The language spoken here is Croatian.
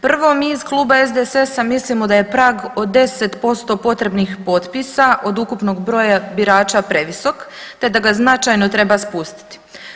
Prvo, mi iz Kluba SDSS-a mislimo da je prag od 10% potrebnih potpisa od ukupnog broja birača previsok, te da ga značajno treba spustiti.